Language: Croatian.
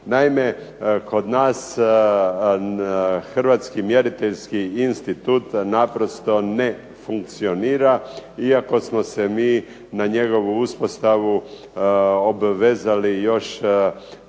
Naime, kod nas Hrvatski mjeriteljski institut naprosto ne funkcionira iako smo se mi na njegovu uspostavu obvezali još